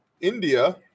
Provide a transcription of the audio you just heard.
India